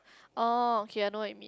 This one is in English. oh okay I know what you mean